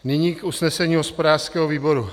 Nyní k usnesení hospodářského výboru.